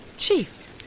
Chief